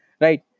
right